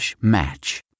match